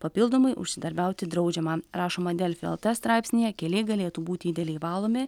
papildomai užsidarbiauti draudžiama rašoma delfi lt straipsnyje keliai galėtų būti idealiai valomi